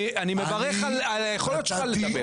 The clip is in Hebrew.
אני מברך על היכולת שלך לדבר.